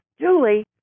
Julie